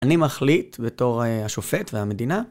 אני מחליט בתור השופט והמדינה.